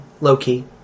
low-key